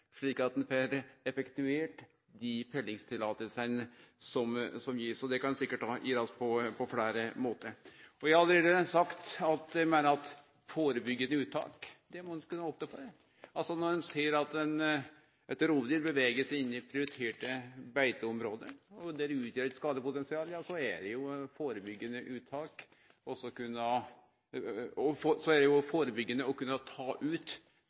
slik at ein får effektuert dei fellingsløyva som blir gitte. Det kan sikkert gjerast på fleire måtar. Eg har allereie sagt at eg meiner at førebyggjande uttak må ein kunne opne for. Når ein ser at eit rovdyr beveger seg inn i prioriterte beiteområde der det utgjer eit skadepotensial, er det førebyggjande å kunne ta det ut før det rekk å gjere skade. Det skal ikkje være nødvendig at det